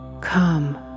come